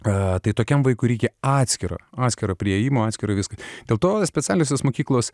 ką tai tokiam vaikui reikia atskiro atskiro priėjimo atskirą viskas dėl to specialiosios mokyklos